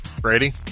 Brady